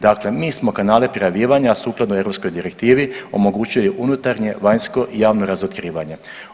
Dakle, mi smo kanale prijavljivanja sukladno europskoj direktivi omogućili unutarnje, vanjsko i javno razotkrivanje.